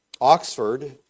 Oxford